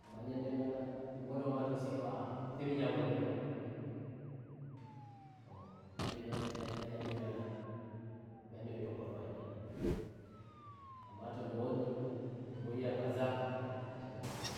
amma njande mi walambe mbolwa ma tau sai mba sai mi nyago mbe e haureto hambe mben mbe andi mi walambe andi no mbe tokkorto yam kenanamma to mi wodi debbo e yi'ayam kazami ittai mi hokka ndumko